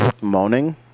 Moaning